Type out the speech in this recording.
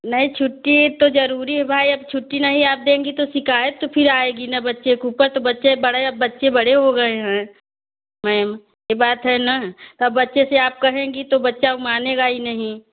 नहीं छुट्टी तो ज़रूरी है भाई अब छुट्टी नही आप देंगी तो शिकायत तो फिर आएगी न बच्चे के ऊपर तो बच्चे बड़े अब बच्चे बड़े हो गए हैं मैम यह बात है न तो बच्चे से आप कहेंगी तो बच्चा वह मानेगा ही नहीं